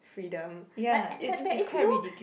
freedom like that is no